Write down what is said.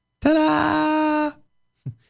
Ta-da